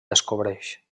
descobreix